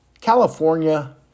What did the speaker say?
California